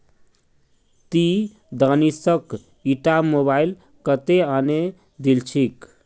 ती दानिशक ईटा मोबाइल कत्तेत आने दिल छि